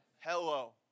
Hello